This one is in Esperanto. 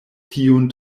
tiun